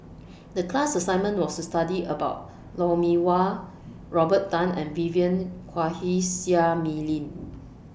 The class assignment was to study about Lou Mee Wah Robert Tan and Vivien Quahe Seah Mei Lin